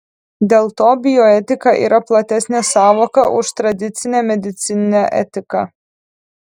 dėl to bioetika yra platesnė sąvoka už tradicinę medicininę etiką